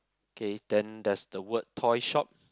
okay then there's the word toy shop